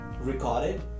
recorded